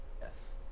Yes